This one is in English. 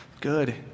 good